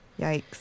Yikes